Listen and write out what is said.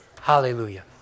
Hallelujah